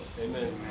Amen